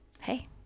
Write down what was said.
hey